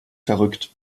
verrückt